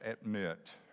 admit